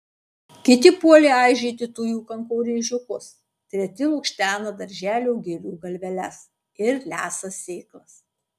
kiti puolė aižyti tujų kankorėžiukus treti lukštena darželio gėlių galveles ir lesa sėklas